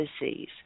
disease